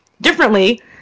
differently